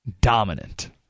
dominant